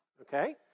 okay